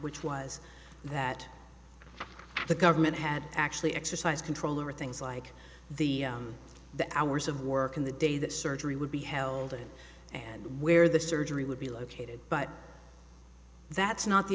which was that the government had actually exercise control over things like the the hours of work in the day that surgery would be held and where the surgery would be located but that's not the